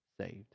saved